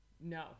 No